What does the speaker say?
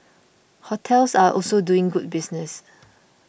hotels are also doing good business